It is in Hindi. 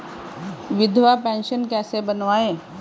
विधवा पेंशन कैसे बनवायें?